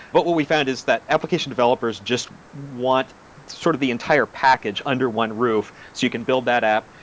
but what we found is that application developers just want sort of the entire package under one roof so you can build that app,